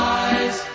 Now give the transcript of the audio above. eyes